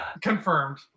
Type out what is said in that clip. confirmed